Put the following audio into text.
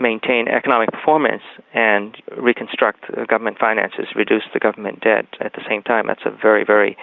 maintain economic performance and reconstruct government finances, reduce the government debt, at the same time. that's a very, very